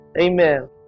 Amen